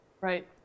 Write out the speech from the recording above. Right